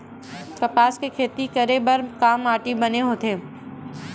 कपास के खेती करे बर का माटी बने होथे?